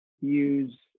use